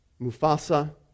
Mufasa